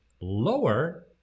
lower